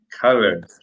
colors